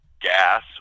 gas